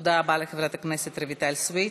תודה רבה לחברת הכנסת רויטל סויד.